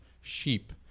sheep